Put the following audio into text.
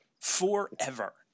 forever